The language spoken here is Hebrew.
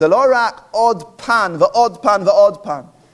זה לא רק עוד פן, ועוד פן, ועוד פן.